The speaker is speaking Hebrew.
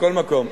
מכל מקום.